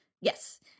Yes